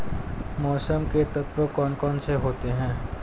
मौसम के तत्व कौन कौन से होते हैं?